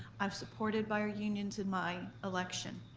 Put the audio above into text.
i'm supported by our unions in my election.